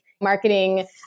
Marketing